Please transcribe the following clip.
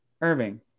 Irving